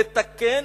לתקן